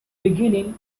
beginning